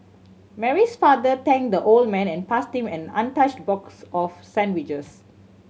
Mary's father thanked the old man and passed him an untouched box of sandwiches